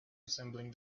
assembling